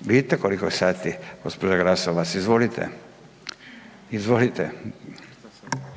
Vidite koliko je sati, gGospođa Glasovac, izvolite. Izvolite.